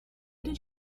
did